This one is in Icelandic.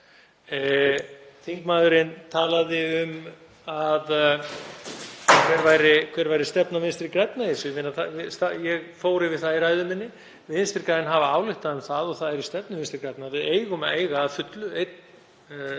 Þingmaðurinn talaði um hver væri stefna Vinstri grænna. Ég fór yfir það í ræðu minni. Vinstri græn hafa ályktað um það og það er í stefnu Vinstri grænna að við eigum að eiga að fullu einn